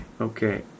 Okay